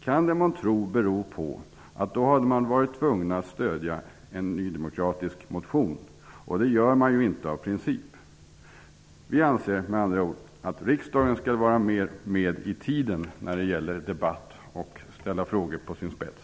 Kan det månntro bero på att man då hade varit tvungen att stödja en nydemokratisk motion? Det gör man ju inte, av princip. Vi anser med andra ord att riksdagen skall vara mer med i tiden när det gäller att debattera och att ställa frågor på sin spets.